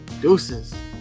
Deuces